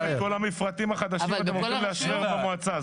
אם את כל המפרטים החדשים אתם הולכים לאשרר במועצה,